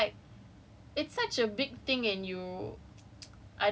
which is bad like especially especially like sexual harassment case it's like